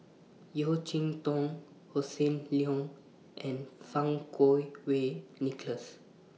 Yeo Cheow Tong Hossan Leong and Fang Kuo Wei Nicholas